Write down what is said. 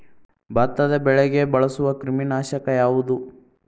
ಭತ್ತದ ಬೆಳೆಗೆ ಬಳಸುವ ಕ್ರಿಮಿ ನಾಶಕ ಯಾವುದು?